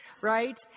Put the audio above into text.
right